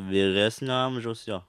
vyresnio amžiaus jo